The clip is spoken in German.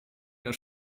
der